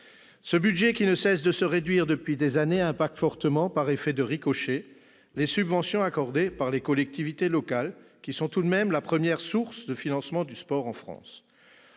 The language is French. Ce budget, qui ne cesse de se réduire depuis des années, affecte fortement, par effet de ricochet, les subventions accordées par les collectivités locales, qui sont tout de même la première source de financement du sport en France.